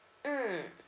mmhmm